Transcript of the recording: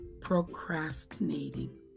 procrastinating